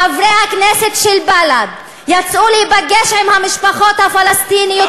חברי הכנסת של בל"ד יצאו להיפגש עם המשפחות הפלסטיניות,